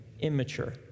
immature